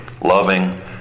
loving